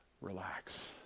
Relax